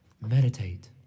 meditate